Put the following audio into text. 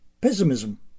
pessimism